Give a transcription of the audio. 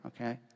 Okay